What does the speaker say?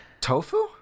Tofu